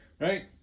right